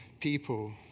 people